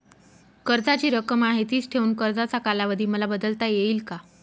कर्जाची रक्कम आहे तिच ठेवून कर्जाचा कालावधी मला बदलता येईल का?